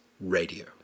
Radio